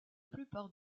plupart